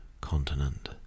continent